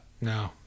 No